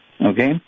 okay